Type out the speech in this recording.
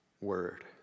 word